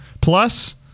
plus